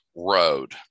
road